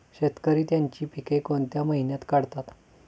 शेतकरी त्यांची पीके कोणत्या महिन्यात काढतात?